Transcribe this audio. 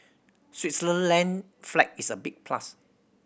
Switzerland flag is a big plus